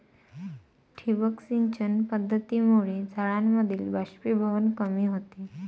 ठिबक सिंचन पद्धतीमुळे झाडांमधील बाष्पीभवन कमी होते